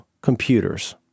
computers